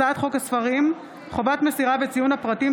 הצעת חוק הספרים (חובת מסירה וציון הפרטים)